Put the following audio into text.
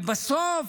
ובסוף